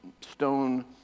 stone